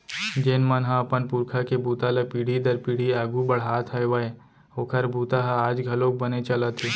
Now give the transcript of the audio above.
जेन मन ह अपन पूरखा के बूता ल पीढ़ी दर पीढ़ी आघू बड़हात हेवय ओखर बूता ह आज घलोक बने चलत हे